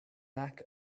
mac